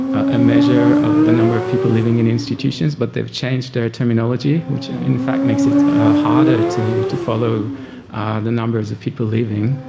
a measure of the number of people living in institutions but they've changed their terminology, which in fact makes it harder to to follow the numbers of people living.